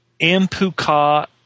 Ampuka